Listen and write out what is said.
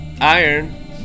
iron